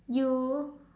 you